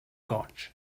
goig